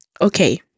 Okay